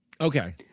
Okay